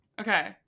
Okay